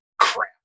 Crap